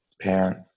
parent